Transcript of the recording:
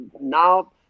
now